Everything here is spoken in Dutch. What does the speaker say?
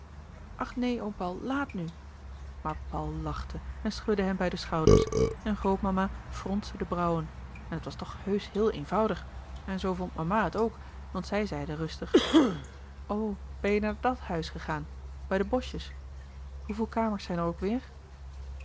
neen oom paul laat nu maar paul lachte en schudde hem bij de louis couperus de boeken der kleine zielen schouders en grootmama fronsde de brauwen en het was toch heusch heel eenvoudig en zoo vond mama het ook want zij zeide rustig o ben je naar dàt huis gegaan bij de boschjes hoeveel kamers zijn er ook weêr